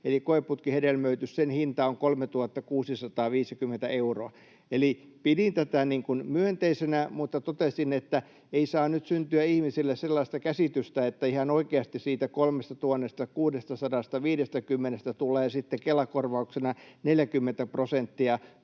koeputkihedelmöitys, on hinnaltaan 3 650 euroa. Eli pidin tätä myönteisenä, mutta totesin, että ei saa nyt syntyä ihmisille sellaista käsitystä, että ihan oikeasti siitä 3 650:stä tulee sitten Kela-korvauksena 40 prosenttia.